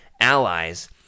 allies